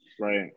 right